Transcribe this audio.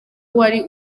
wari